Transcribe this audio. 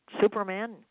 Superman